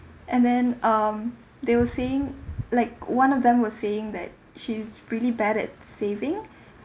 and then um they were saying like one of them were saying that she's really bad at saving